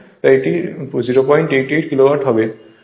তাই এটি 088 kilowatt হবে